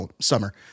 Summer